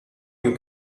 you